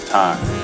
time